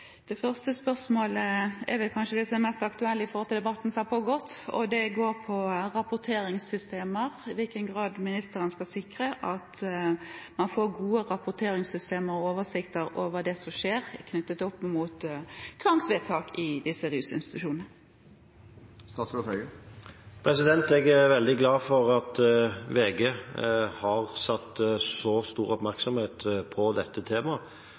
kanskje det som er mest aktuelt med tanke på debatten som har pågått. Det går på rapporteringssystemer, i hvilken grad ministeren skal sikre at man får gode rapporteringssystemer og oversikter over det som skjer knyttet opp mot tvangsvedtak i disse rusinstitusjonene. Jeg er veldig glad for at VG har hatt så stor oppmerksomhet rettet mot dette temaet.